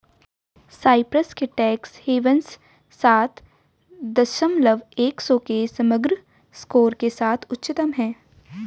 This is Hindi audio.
साइप्रस के टैक्स हेवन्स सात दशमलव एक दो के समग्र स्कोर के साथ उच्चतम हैं